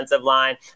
line